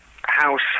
house